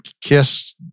Kiss